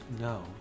No